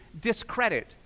discredit